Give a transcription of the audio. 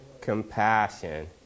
compassion